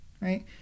right